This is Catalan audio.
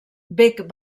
bec